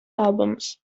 albums